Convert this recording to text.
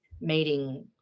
meeting